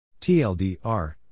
TLDR